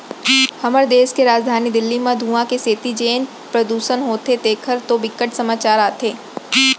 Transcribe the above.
हमर देस के राजधानी दिल्ली म धुंआ के सेती जेन परदूसन होथे तेखर तो बिकट समाचार आथे